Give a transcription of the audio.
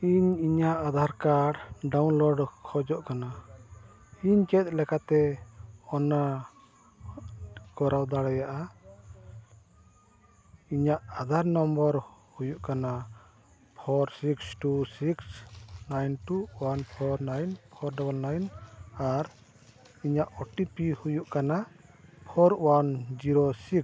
ᱤᱧ ᱤᱧᱟᱹᱜ Aadhaar card downloading ᱠᱷᱳᱡᱚᱜ ᱠᱟᱱᱟ ᱤᱧ ᱪᱮᱫ ᱞᱮᱠᱟᱛᱮ ᱚᱱᱟᱧ ᱠᱚᱨᱟᱣ ᱫᱟᱲᱮᱭᱟᱜᱼᱟ ᱤᱧᱟᱹᱜ ᱟᱫᱷᱟᱨ ᱱᱟᱢᱵᱟᱨ ᱦᱩᱭᱩᱜ ᱠᱟᱱᱟ four six two six nine two one four nine four double nine ᱟᱨ ᱤᱧᱟᱹᱜ ᱳ ᱴᱤ ᱯᱤ ᱦᱩᱭᱩᱜ ᱠᱟᱱᱟ ᱯᱷᱳᱨ ᱚᱣᱟᱱ ᱡᱤᱨᱳ ᱥᱤᱠᱥ